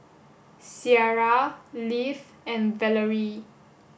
Ciarra Leif and Valarie